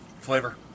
Flavor